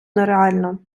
нереально